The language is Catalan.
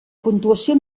puntuació